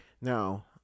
Now